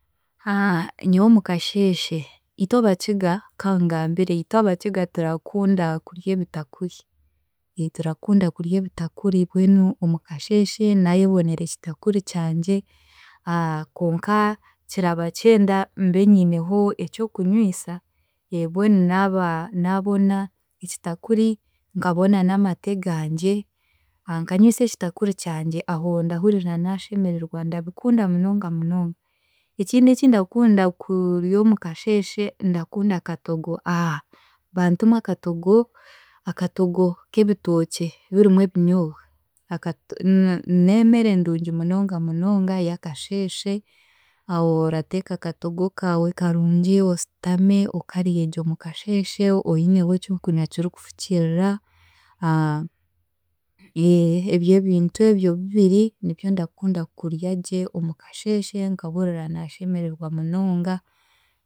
Nyowe omu kasheeshe, itwe Abakiga kangambire itwe Abakiga turakunda kurya ebitakuri, turakunda kurya ebitakuri mbwenu omu kasheeshe naayebonera ekitakuri kyangye konka kiraba kinda mbe nyineho ekyokunywisa mbwenu naaba naabona ekitakuri, nkabona n'amate gangye nkanywisa ekitakuri kyangye aho ndahurira naashemererwa ndabikunda munonga munonga. Ekindi eki ndakunda kurya omu kasheeshe, ndakunda akatogo aah bantumwe akatogo, akatogo k'ebitookye birimu ebinyoobwa akato neemere ndungi munonga mononga ey'akasheeshe aho orateeka akatogo kaawe karungi ositame okaryegye omu kasheeshe oineho ekyokurya kirikufukiirira ebyo bintu ebyo bibiri nibyo ndakunda kurya gye omu kasheeshe nkahurira naashemererwa munonga